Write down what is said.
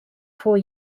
four